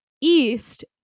east